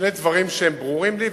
שני דברים שהם ברורים לי,